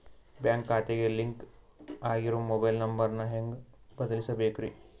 Bank ಖಾತೆಗೆ link ಆಗಿರೋ mobile number ನ ಹೆಂಗ್ ಬದಲಿಸಬೇಕ್ರಿ?